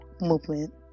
movement